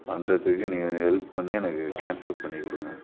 பண்ணுறதுக்கு நீங்கள் கொஞ்சம் ஹெல்ப் பண்ணி எனக்கு கேன்சல் பண்ணிக் கொடுங்க